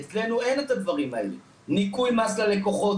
אצלנו אין את הדברים האלה ניכוי מס ללקוחות,